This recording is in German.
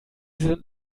sind